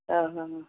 ओह ओह